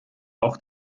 auch